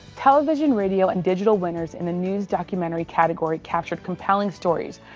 television, radio and digital winners in the news documentary category captured compelling stories,